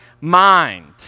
mind